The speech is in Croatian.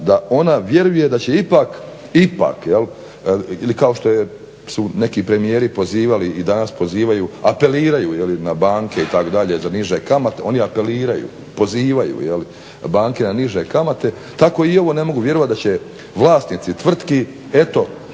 da ona vjeruje da će ipak, pak jel i kao što su neki premijeri pozivali i danas pozivaju apeliraju na banke itd. za niže kamate, oni apeliraju, pozivaju jeli, banke na niže kamate, tako i ovo ne mogu vjerovati da će vlasnici tvrtki eto